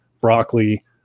broccoli